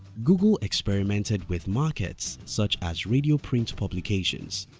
google experimented with markets such as radio print publications.